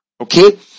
okay